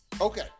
Okay